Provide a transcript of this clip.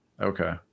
Okay